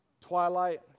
Twilight